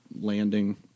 landing